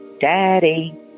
Daddy